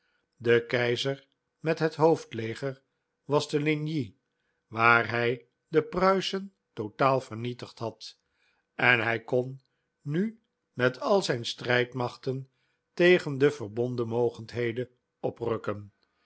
de keizer met het hoofdleger was te ligny waar hij de pruisen totaal vernietigd had en hij kon nu met al zijn strijdmachten tegen de verbonden mogendheden oprukken